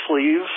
sleeves